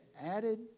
added